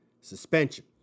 suspension